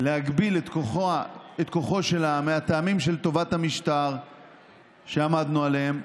להגביל את כוחו של העם מהטעמים של טובת המשטר שעמדנו עליהם,